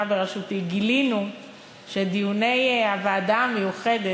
בראשותי גילינו שדיוני הוועדה המיוחדת,